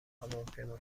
هواپیما